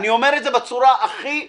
אני אומר את זה בצורה הכי ברורה.